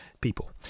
people